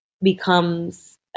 becomes